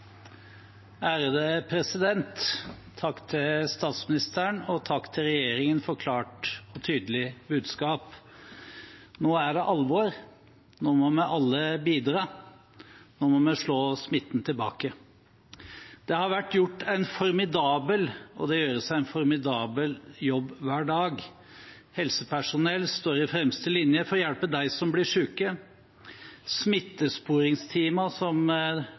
Takk til statsministeren og takk til regjeringen for klart og tydelig budskap. Nå er det alvor. Nå må vi alle bidra. Nå må vi slå smitten tilbake. Det har vært gjort – og det gjøres – en formidabel jobb hver dag. Helsepersonell står i fremste linje for å hjelpe dem som blir syke. Smittesporingsteamene som